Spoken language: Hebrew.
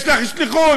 יש לך שליחות.